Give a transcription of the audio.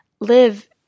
live